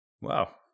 Wow